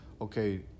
Okay